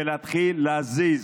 ולהתחיל להזיז.